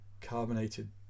carbonated